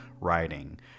writing